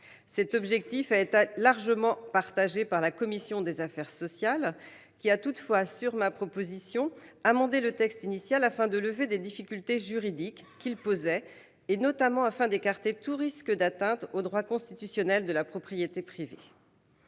Cet objectif est partagé par la commission des affaires sociales, qui a toutefois, sur ma proposition, amendé le texte initial afin de lever des difficultés juridiques qu'il posait, notamment pour écarter tout risque d'atteinte au droit constitutionnel de la propriété privée.